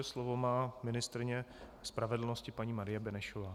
Slovo má ministryně spravedlnosti, paní Marie Benešová.